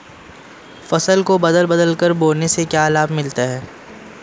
फसल को बदल बदल कर बोने से क्या लाभ मिलता है?